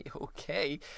okay